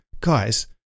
guys